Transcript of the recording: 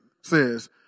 says